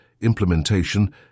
implementation